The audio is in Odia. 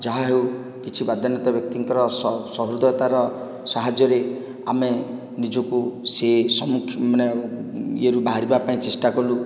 ଯାହା ହେଉ କିଛି ବଦାନ୍ୟତା ବ୍ୟକ୍ତିଙ୍କର ସହୃଦୟତାର ସାହାଯ୍ୟରେ ଆମେ ନିଜକୁ ସେ ମାନେ ଇଏରୁ ବାହାରିବା ପାଇଁ ଚେଷ୍ଟା କଲୁ